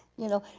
you know,